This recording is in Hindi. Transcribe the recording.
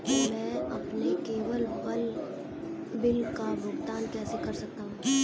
मैं अपने केवल बिल का भुगतान कैसे कर सकता हूँ?